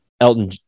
Elton